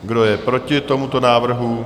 Kdo je proti tomuto návrhu?